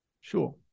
sure